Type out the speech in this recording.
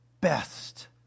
best